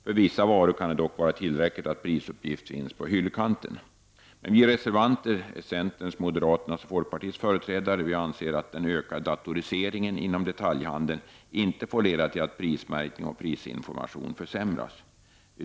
För vissa varor kan det dock vara tillräckligt med prisuppgifter på hyllkanten. Vi reservanter — centerns, moderaternas och folkpartiets företrädare — anser att den ökade datoriseringen inom detaljhandeln inte får leda till att prismärkning och prisinformation försämras.